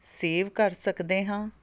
save ਕਰ ਸਕਦੇ ਹਾਂ